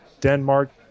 Denmark